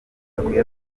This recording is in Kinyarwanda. barumuna